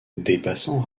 dépassant